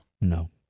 No